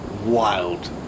Wild